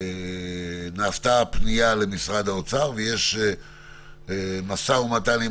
שאמרה שנעשתה פנייה למשרד האוצר ויש משא ומתן עם